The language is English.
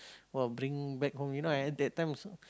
!wah! bring back home you know I at that time also